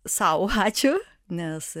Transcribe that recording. sau ačiū nes